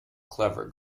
clever